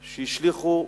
שהשליכו,